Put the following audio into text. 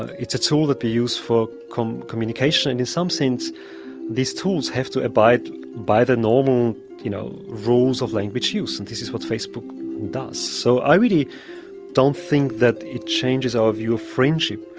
it's a tool that we use for um communication, and in some sense these tools have to abide by the normal you know rules of language use, and this is what facebook does. so i really don't think that it changes our view of friendship.